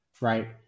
Right